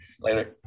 Later